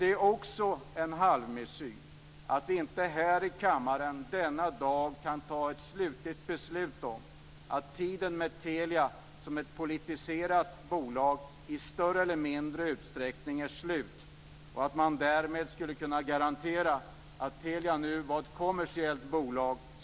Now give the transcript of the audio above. Det är också en halvmesyr att vi inte här i kammaren i dag kan ta ett definitivt beslut om att tiden med Telia som ett politiserat bolag i större eller mindre utsträckning ska ta slut, så att man kan garantera att Telia nu blir ett strikt kommersiellt bolag.